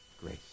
grace